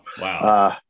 wow